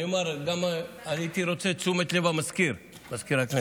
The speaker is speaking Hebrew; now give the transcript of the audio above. גם הייתי רוצה את תשומת לב מזכיר הכנסת.